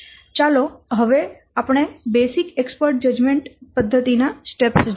ચાલો હવે આપણે બેઝિક એક્સપર્ટ જજમેન્ટ પદ્ધતિ ના સ્ટેપ્સ જોઈએ